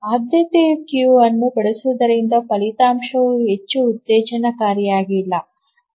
ಆದ್ಯತೆಯ ಕ್ಯೂ ಅನ್ನು ಬಳಸುವುದರಿಂದ ಫಲಿತಾಂಶವು ಹೆಚ್ಚು ಉತ್ತೇಜನಕಾರಿಯಲ್ಲ